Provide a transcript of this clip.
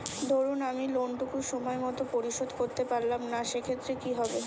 ধরুন আমি লোন টুকু সময় মত পরিশোধ করতে পারলাম না সেক্ষেত্রে কি হবে?